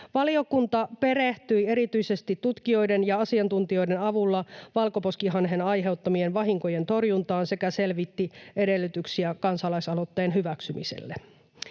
Valiokunta perehtyi erityisesti tutkijoiden ja asiantuntijoiden avulla valkoposkihanhen aiheuttamien vahinkojen torjuntaan sekä selvitti edellytyksiä kansalaisaloitteen hyväksymiselle.